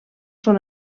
són